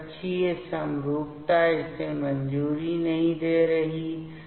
तो कक्षीय समरूपता इसे मंजूरी नहीं दे रही है